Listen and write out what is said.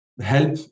help